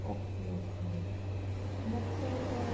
okay okay मग sir